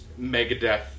Megadeth